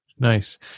Nice